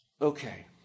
okay